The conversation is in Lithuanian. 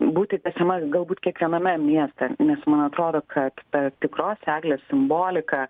būti tęsiama galbūt kiekviename mieste nes man atrodo kad per tikros eglės simboliką